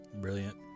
Brilliant